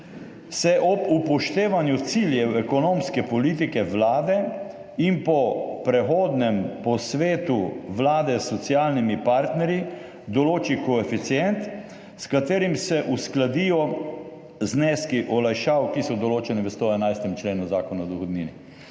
»se ob upoštevanju ciljev ekonomske politike vlade in po prehodnem posvetu vlade s socialnimi partnerji določi koeficient, s katerim se uskladijo zneski olajšav, določeni v 111. členu«. Zato